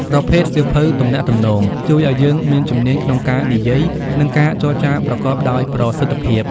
ប្រភេទសៀវភៅទំនាក់ទំនង ជួយឱ្យយើងមានជំនាញក្នុងការនិយាយ និងការចរចាប្រកបដោយប្រសិទ្ធភាព។